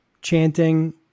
chanting